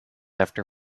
after